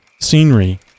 scenery